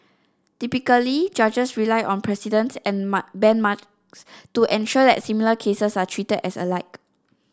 typically judges rely on precedents and mark benchmarks to ensure that similar cases are treated as alike